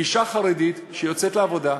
אישה חרדית שיוצאת לעבודה,